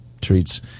treats